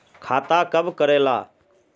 खाता कब करेला?